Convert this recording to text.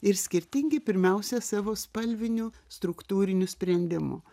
ir skirtingi pirmiausia savo spalviniu struktūriniu sprendimu